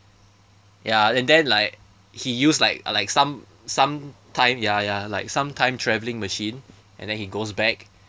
ya and then like he use like like some some time ya ya like some time travelling machine and then he goes back